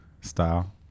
style